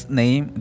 name